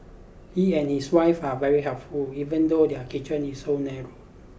he and his wife are very helpful even though their kitchen is so narrow